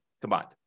combined